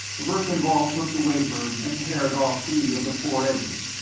verkan vall took the wafer and pared off three of the four edges,